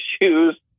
issues